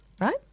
right